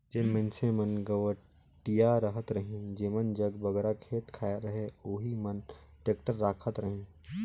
जेन मइनसे मन गवटिया रहत रहिन जेमन जग बगरा खेत खाएर रहें ओही मन टेक्टर राखत रहिन